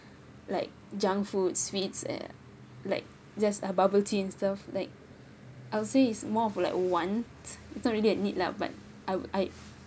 like junk food sweets and like just uh bubble tea and stuff like I'll say it's more of like want it's not really a need lah but I'll I